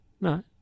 No